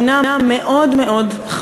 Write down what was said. עלתה תמונה חמורה מאוד,